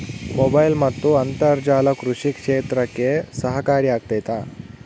Mobile ಮತ್ತು ಅಂತರ್ಜಾಲ ಕೃಷಿ ಕ್ಷೇತ್ರಕ್ಕೆ ಸಹಕಾರಿ ಆಗ್ತೈತಾ?